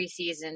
preseason